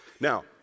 Now